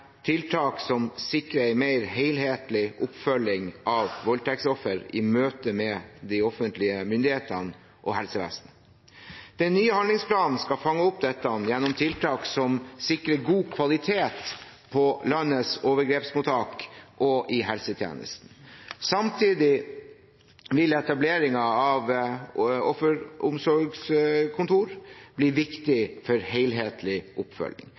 tiltak som sikrer en mer helhetlig oppfølging av voldtektsofre i møtet med offentlige myndigheter og helsevesenet. Den nye handlingsplanen skal fange opp dette gjennom tiltak som sikrer god kvalitet på landets overgrepsmottak og i helsetjenesten. Samtidig vil etableringen av offeromsorgskontor bli viktig for en helhetlig oppfølging.